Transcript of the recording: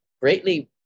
greatly